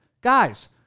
Guys